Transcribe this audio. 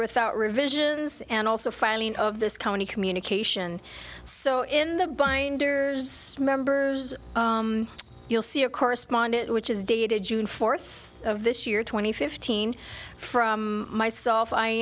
without revisions and also filing of this county communication so in the binders members you'll see a correspondent which is dated june fourth of this year two thousand and fifteen from myself i